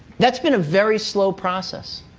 that's been a very slow process.